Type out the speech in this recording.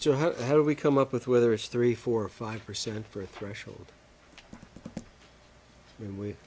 is how do we come up with whether it's three four five percent for threshold and we